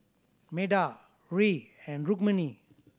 Medha Hri and Rukmini